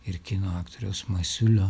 ir kino aktoriaus masiulio